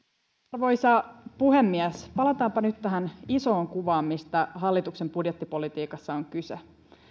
arvoisa puhemies palataanpa nyt tähän isoon kuvaan mistä hallituksen budjettipolitiikassa on kyse